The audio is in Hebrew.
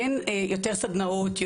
כן יותר סדנאות,